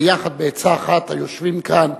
בעצה אחת עם היושבים כאן,